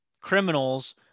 criminals